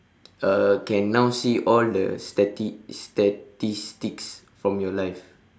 uh can now see all the stati~ statistics from your life